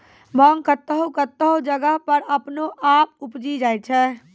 भांग कतौह कतौह जगह पर अपने आप उपजी जाय छै